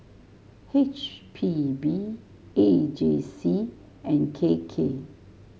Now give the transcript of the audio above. H P B A J C and K K